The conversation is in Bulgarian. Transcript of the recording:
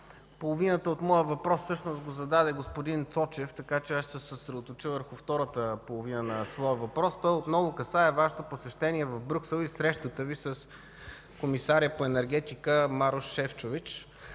Половината от моя въпрос всъщност го зададе господин Цочев, така че аз ще се съсредоточа върху втората половина. Той отново касае Вашето посещение в Брюксел и срещата Ви с комисаря по енергетика Марош Шефчович.